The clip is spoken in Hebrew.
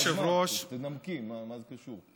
תנמקי, מה זה קשור?